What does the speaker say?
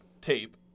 tape